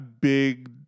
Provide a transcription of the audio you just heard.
big